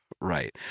Right